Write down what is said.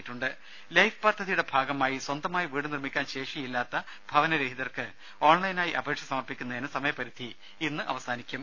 രുഭ ലൈഫ് പദ്ധതിയുടെ ഭാഗമായി സ്വന്തമായി വീട് നിർമ്മിക്കാൻ ശേഷിയില്ലാത്ത ഭവന രഹിതർക്ക് ഓൺലൈനായി അപേക്ഷ സമർപ്പിക്കുന്നതിന് സമയപരിധി ഇന്ന് അവസാനിക്കും